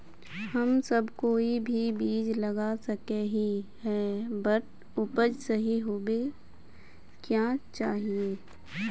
हम सब कोई भी बीज लगा सके ही है बट उपज सही होबे क्याँ चाहिए?